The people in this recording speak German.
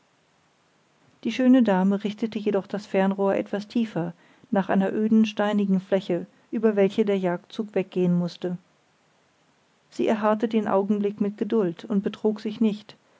die schöne dame richtete jedoch das fernrohr etwas tiefer nach einer öden steinigen fläche über welche der jagdzug weggehen mußte sie erharrte den augenblick mit geduld und betrog sich nicht